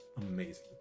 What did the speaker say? amazing